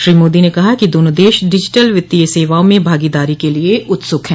श्री मोदी ने कहा कि दोनों देश डिजिटल वित्तीय सेवाओं में भागोदारी के लिए उत्सूक हैं